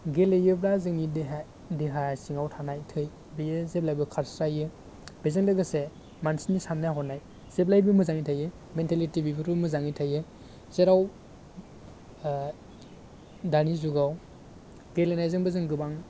गेलेयोब्ला जोंनि देहा देहा सिङाव थानाय थै बियो जेब्लाबो खारस्रायो बेजों लोगोसे मानसिनि सान्नाय हनाय जेब्लायबो मोजाङै थायो मेनटेलिटि बेफोरबो मोजाङै थायो जेराव दानि जुगाव गेलेनायजोंबो जों गोबां